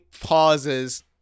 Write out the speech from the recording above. pauses